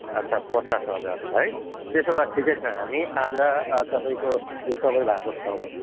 आच्छा पचास हजार है त्यसो भए ठिकै छ हामी आज तपाईँको यो तपाईँ भएको ठाउँमा